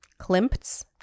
Klimt's